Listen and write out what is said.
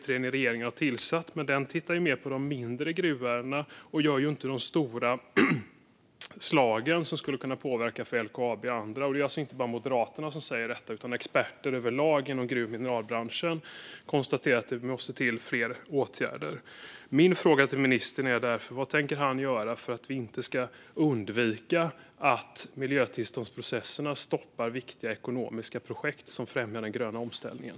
Regeringen har tillsatt en utredning, men den tittar mer på mindre gruvärenden och gör inte de stora slagen som skulle kunna påverka för LKAB och andra. Det här säger inte bara Moderaterna, utan experter över lag inom gruv och mineralbranschen konstaterar att det måste till fler åtgärder. Min fråga till ministern är därför: Vad tänker han göra för att hindra att miljötillståndsprocesserna stoppar viktiga ekonomiska projekt som främjar den gröna omställningen?